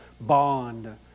BOND